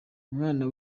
umwana